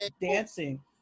dancing